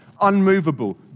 unmovable